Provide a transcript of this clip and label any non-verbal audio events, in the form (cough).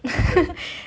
(laughs)